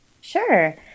Sure